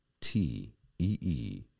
T-E-E